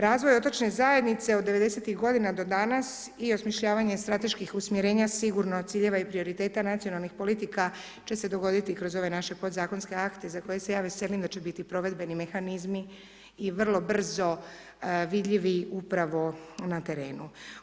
Razvoj otočne zajednice od 90-tih godina do danas i osmišljavanje strateških usmjerenja sigurno ciljeva i prioriteta nacionalnih politika će se dogoditi kroz ove naše pod zakonske akte za koje se ja veselim da će biti provedbeni mehanizmi i vrlo brzo vidljivi upravo na terenu.